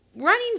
Running